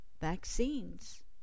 vaccines